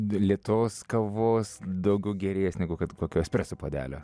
lėtos kavos daugiau gėrėjas negu kad kokio espreso puodelio